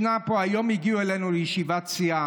היום הגיעו אלינו לישיבת סיעה,